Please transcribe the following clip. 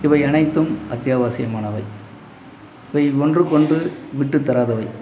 இவை அனைத்தும் அத்தியாவசியமானவை இவை ஒன்றுக்கொன்று விட்டு தராதவை